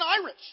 Irish